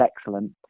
excellent